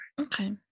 Okay